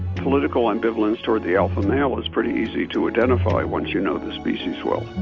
political ambivalence toward the alpha male was pretty easy to identify once you know the species well